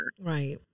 Right